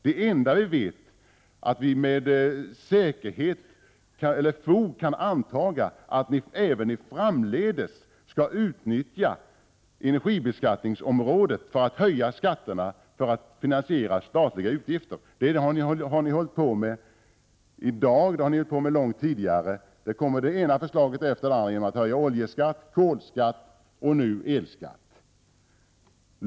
Det enda vi vet är att vi med fog kan anta att ni även framdeles skall utnyttja energibeskattningen för att finansiera statliga utgifter. Det har ni hållit på med i dag, och det har ni hållit på med långt tidigare. Det kommer det ena förslaget efter det andra om höjning av oljeskatten, av kolskatten och nu av elskatten.